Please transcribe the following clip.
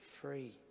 free